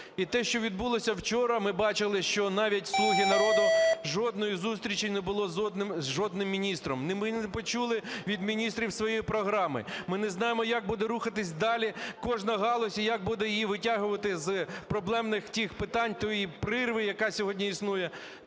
І те, що відбулося вчора, ми бачили, що навіть "Слуги народу" жодної зустрічі не було з жодним міністром, ми не почули від міністрів свої програми, ми не знаємо, як буде рухатися далі кожна галузь, і як буде її витягувати з проблемних тих питань, тієї прірви, яка сьогодні існує,